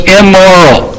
immoral